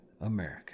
America